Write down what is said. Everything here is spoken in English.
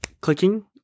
clicking